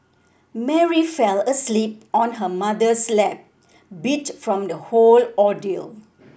Mary fell asleep on her mother's lap beat from the whole ordeal